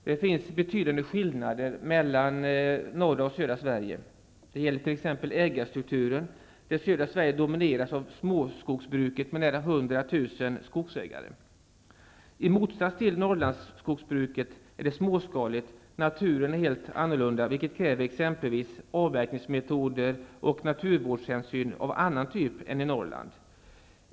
Det finns betydande skillnader mellan norra och södra Sverige. Det gäller t.ex. ägarstrukturen. Södra Sverige domineras av småskogsbruket, med nära 100 000 skogsägare. I motsats till Norrlandsskogsbruket är det småskaligt. Naturen är helt annorlunda, vilket kräver exempelvis avverkningsmetoder och naturvårdshänsyn av annan typ än i Norrland.